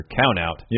count-out